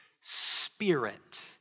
spirit